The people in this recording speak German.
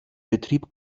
betrieb